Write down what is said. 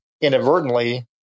inadvertently